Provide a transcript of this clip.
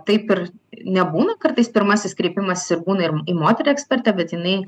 taip ir nebūna kartais pirmasis kreipimasis ir būna ir į moterį ekspertę bet jinai